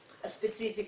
הספציפי.